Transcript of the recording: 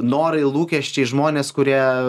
norai lūkesčiai žmonės kurie